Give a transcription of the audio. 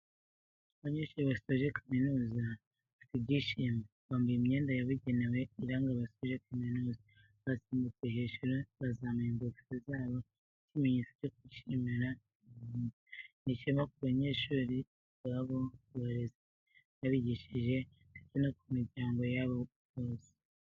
Abanyeshuri basoje kaminuza bafite ibyishimo, bambaye imyenda yabugenewe iranga abasoje kaminuza, basimbutse hejuru, bazamuye ingofero zabo nk'ikimenyetso cyo kwishimira uwo munsi, ni ishema ku banyeshuri ubwabo, ku barezi babigishije ndetse no ku miryango yabo bose.